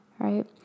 Right